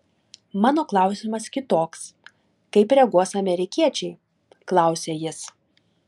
mano klausimas kitoks kaip reaguos amerikiečiai klausia jis